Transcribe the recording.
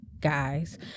guys